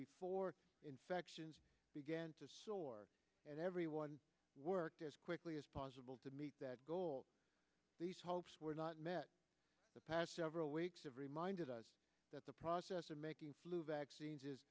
before inspections began to soar and everyone worked as quickly as possible to meet that goal these hopes were not met the past several weeks have reminded us that the process of making flu vaccines is